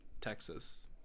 Texas